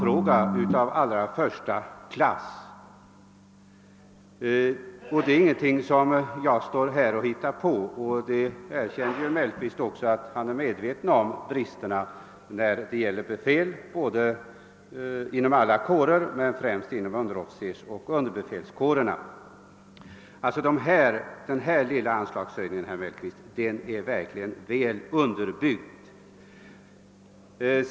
Detta är en personalfråga av hög prioritet och ingenting som jag står här och bara talar vackert om. Herr Mellqvist erkände ju också att han är medveten om problemen när det gäller bristen på befäl inom alla kårer men främst inom underofficersoch underbefälskårerna. Den lilla anslagshöjning jag talat för är verkligen väl underbyggd.